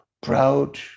proud